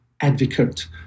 advocate